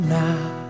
now